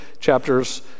chapters